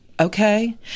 okay